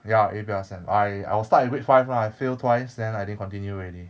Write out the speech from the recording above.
ya A_B_R_S_M I I was stuck at grade five lah I fail twice then I didn't continue already